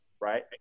Right